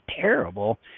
terrible